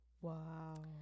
Wow